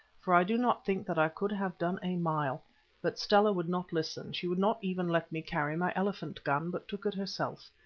for i do not think that i could have done a mile but stella would not listen, she would not even let me carry my elephant gun, but took it herself.